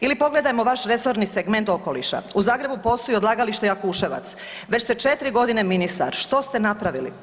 Ili pogledajmo vaš resorni segment okoliša, u Zagrebu postoji odlagalište Jakuševac, već ste četiri godine ministar, što ste napravili?